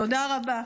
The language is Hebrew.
תודה רבה.